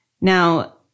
Now